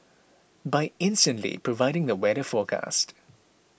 by instantly providing the weather forecast